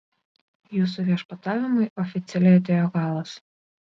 jūsų viešpatavimui oficialiai atėjo galas